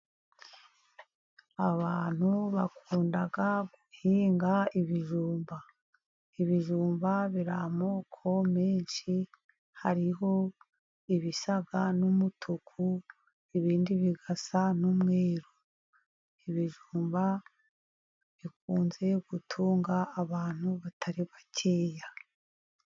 Abantu bakunda guhinga ibijumba. Ibijumba biri amoko menshi, hariho ibisa n'umutuku, ibindi bigasa n'umweruru. Ibijumba bikunze gutunga abantu batari bakeya.